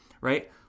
right